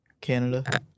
Canada